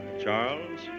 Charles